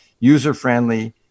user-friendly